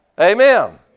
Amen